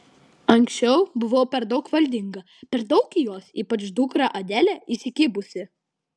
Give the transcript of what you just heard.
anksčiau buvau per daug valdinga per daug į juos ypač dukrą adelę įsikibusi